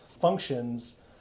functions